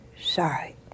sorry